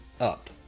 Up